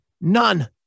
none